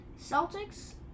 Celtics